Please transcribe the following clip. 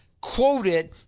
quoted